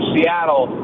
Seattle